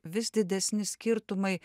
vis didesni skirtumai